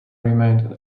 remained